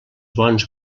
bons